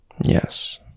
Yes